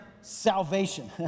salvation